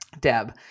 Deb